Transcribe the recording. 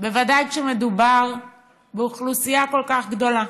בוודאי כשמדובר באוכלוסייה כל כך גדולה.